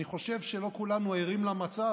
אני חושב שלא כולנו ערים למצב,